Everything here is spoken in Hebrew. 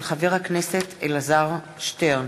מאת חבר הכנסת אלעזר שטרן,